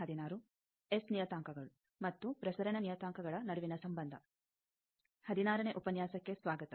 ಹದಿನಾರನೇ ಉಪನ್ಯಾಸಕ್ಕೆ ಸ್ವಾಗತ